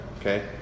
okay